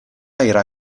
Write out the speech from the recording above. era